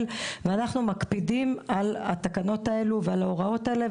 ואנחנו מקפידים על התקנות האלו ועל ההוראות האלה,